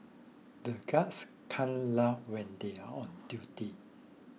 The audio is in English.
the guards can't laugh when they are on duty